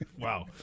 Wow